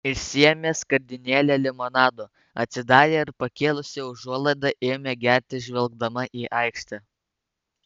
išsiėmė skardinėlę limonado atsidarė ir pakėlusi užuolaidą ėmė gerti žvelgdama į aikštę